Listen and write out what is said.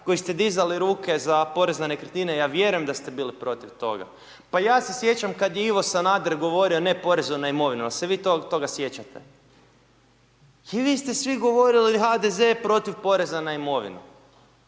koji ste dizali ruke za porez na nekretnine ja vjerujem da ste bili protiv toga. Pa ja se sjećam kad je Ivo Sanader govorio ne porezu na imovinu, jel se vi toga sjećate? I vi ste svi govorili HDZ je protiv poreza na imovinu,